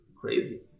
crazy